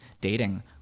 dating